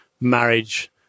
marriage